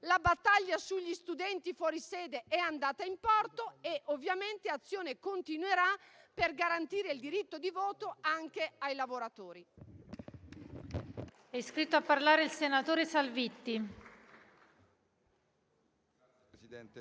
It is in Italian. la battaglia sugli studenti fuori sede è andata in porto e ovviamente Azione continuerà per garantire il diritto di voto anche ai lavoratori.